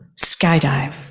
skydive